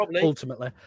ultimately